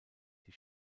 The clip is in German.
die